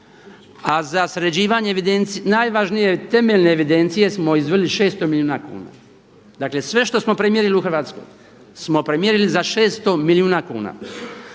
a za sređivanje najvažnije temeljne evidencije smo izdvojili 600 milijuna kuna. Dakle sve što smo premjerili u Hrvatskoj smo premjerili za 600 milijuna kuna.